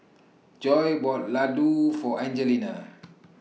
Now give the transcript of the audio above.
Joy bought Ladoo For Angelina